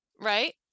right